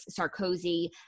Sarkozy